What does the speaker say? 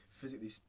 physically